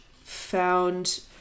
found